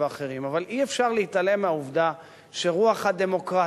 אבל אי-אפשר להתעלם מהעובדה שרוח הדמוקרטיה,